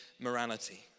morality